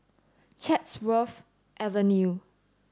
Chatsworth Avenue